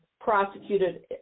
prosecuted